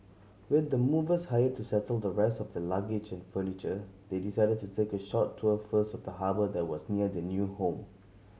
with the movers hired to settle the rest of their luggage and furniture they decided to take a short tour first of the harbour that was near their new home